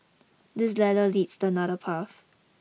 this ladder leads to another path